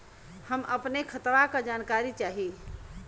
हम अपने खतवा क जानकारी चाही?